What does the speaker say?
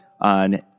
on